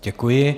Děkuji.